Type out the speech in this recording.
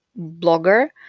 blogger